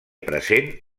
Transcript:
present